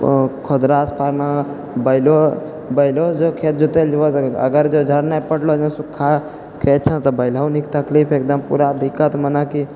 खो खोदरासँ पारना बैलो बैलोसँ जे खेत जोतै लअ गेलौ अगर जौ झाड़ नइ पड़लौ सुखाके बैलहो नीक तकली फेर एकदम पूरा दिक्कतमे ने कि